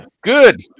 Good